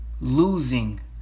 Losing